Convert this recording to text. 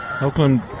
Oakland